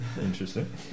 Interesting